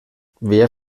wer